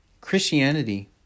Christianity